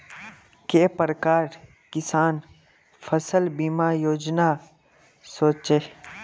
के प्रकार किसान फसल बीमा योजना सोचें?